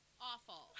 Awful